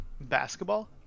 basketball